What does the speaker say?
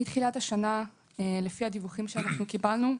לפי הדיווחים שקיבלנו,